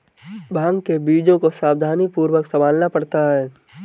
भांग के बीजों को सावधानीपूर्वक संभालना पड़ता है